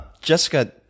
Jessica